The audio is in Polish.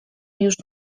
już